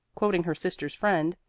quoting her sister's friend,